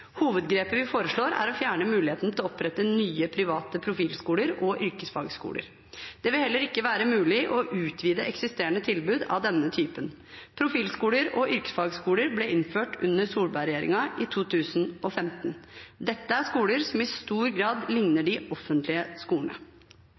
Hovedgrepet vi foreslår, er å fjerne muligheten til å opprette nye private profilskoler og yrkesfagskoler. Det vil heller ikke være mulig å utvide eksisterende tilbud av denne typen. Profilskoler og yrkesfagskoler ble innført under Solberg-regjeringen i 2015. Dette er skoler som i stor grad